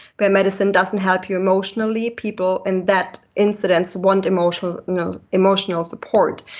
when medicine doesn't help you emotionally, people in that incidence want emotional you know emotional support.